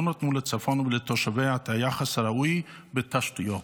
נתנו לצפון ולתושביו את היחס הראוי בתשתיות.